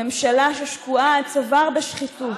ממשלה ששקועה עד צוואר בשחיתות,